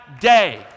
day